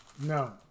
No